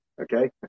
okay